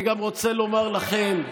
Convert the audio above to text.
אני רוצה לומר לכם,